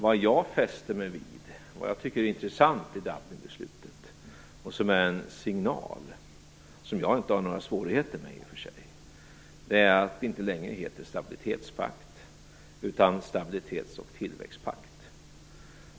Vad jag fäste mig vid och tycker är intressant i Dublinbeslutet - och som är en signal som jag i och för sig inte har några svårigheter med - är att det inte längre heter stabilitetspakt, utan stabilitets och tillväxtpakt.